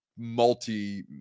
multi